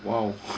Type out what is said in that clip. !wow!